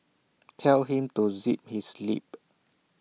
tell him to zip his lip